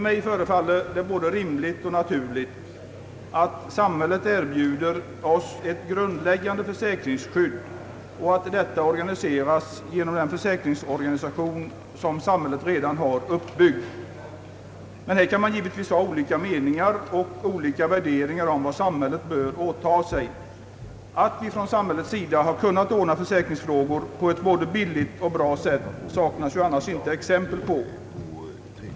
Mig förefaller det att det vore både rimligt och naturligt att samhället erbjuder oss ett grundläggande försäkringsskydd och att detta organiseras genom en försäkringsorganisation som samhället redan har uppbyggd. Men här kan man givetvis ha olika meningar och olika värderingar om vad samhället bör åta sig. Att samhället har kunnat ordna försäkringar på ett både billigt och bra sätt saknas annars icke exempel på.